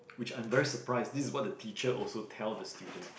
which I'm very surprised this is what the teacher also tell the student